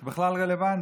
היא בכלל רלוונטית?